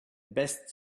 best